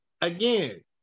Again